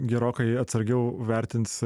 gerokai atsargiau vertins